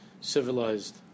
civilized